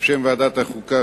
בשם ועדת החוקה,